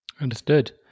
Understood